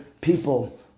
people